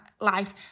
life